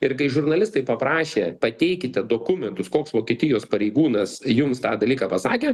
ir kai žurnalistai paprašė pateikite dokumentus koks vokietijos pareigūnas jums tą dalyką pasakė